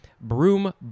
Broom